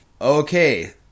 Okay